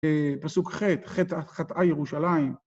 פסוק חטא חטאה ירושלים.